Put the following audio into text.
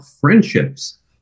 friendships